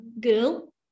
girl